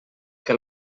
que